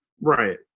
Right